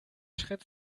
schritt